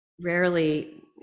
rarely